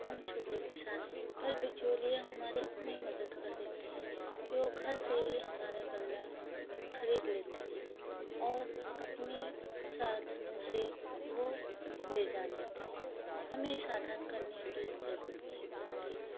हम छोटे किसान हैं पर बिचौलिया हमारी इतनी मदद कर देते हैं कि वो घर से ही हमारा गल्ला खरीद लेते हैं और अपने साधनों से वो ले जा लेते हैं हमें साधन करने की जरूरत नहीं पड़ती